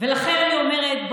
ולכן אני אומרת,